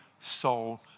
soul